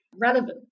relevant